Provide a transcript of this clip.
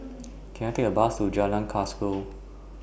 Can I Take A Bus to Jalan Kasau